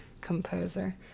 composer